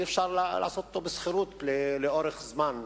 ואי-אפשר להחזיק אותו בשכירות לאורך זמן.